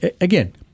again